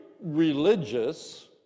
religious